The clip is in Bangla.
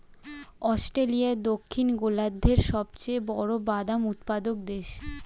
অস্ট্রেলিয়া দক্ষিণ গোলার্ধের সবচেয়ে বড় বাদাম উৎপাদক দেশ